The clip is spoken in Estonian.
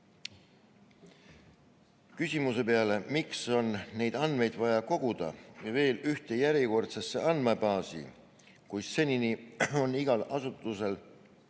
Küsimuse peale, miks on neid andmeid vaja koguda veel ühte järjekordsesse andmebaasi, kui senini on igal asutusel